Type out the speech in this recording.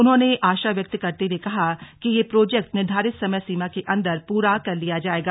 उन्होंने आशा व्यक्त करते हुए कहा कि यह प्रोजेक्ट निर्धारित समय सीमा के अन्दर पूरा कर लिया जाएगा